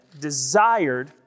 desired